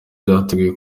byateguwe